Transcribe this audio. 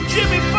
Jimmy